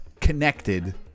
connected